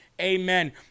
Amen